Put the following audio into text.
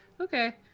Okay